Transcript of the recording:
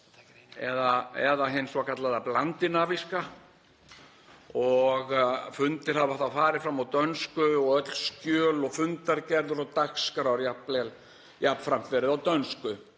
eða hin svokallaða blandinavíska og fundir hafa farið fram á dönsku og öll skjöl og fundargerðir og dagskrár jafnframt verið á dönsku